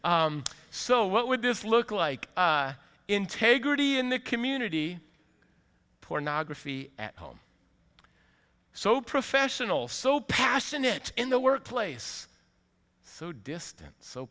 so what would this look like integrity in the community pornography at home so professional so passionate in the workplace so distant so